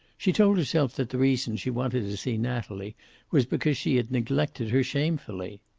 she told herself that the reason she wanted to see natalie was because she had neglected her shamefully.